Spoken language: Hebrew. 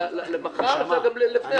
אם זה יבוא להצבעה מחר אפשר גם לפני ועדת ההסכמות.